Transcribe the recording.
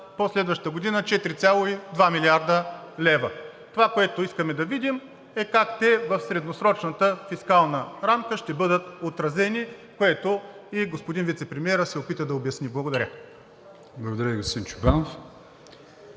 по-следващата година 4,2 млрд. лв. Това, което искаме да видим, е как те в средносрочната фискална рамка ще бъдат отразени, което и господин вицепремиерът се опита да обясни. Благодаря. ПРЕДСЕДАТЕЛ АТАНАС